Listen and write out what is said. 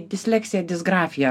disleksija disgrafija